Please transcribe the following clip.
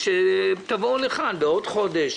ושתבואו לכאן בעוד חודש,